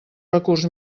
recurs